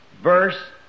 verse